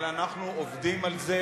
אבל אנחנו עובדים על זה.